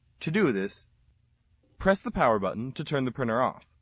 to do this press the power button to turn the printer off.